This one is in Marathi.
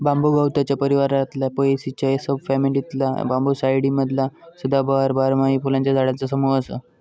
बांबू गवताच्या परिवारातला पोएसीच्या सब फॅमिलीतला बांबूसाईडी मधला सदाबहार, बारमाही फुलांच्या झाडांचा समूह असा